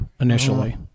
initially